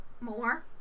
More